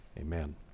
Amen